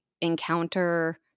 encounter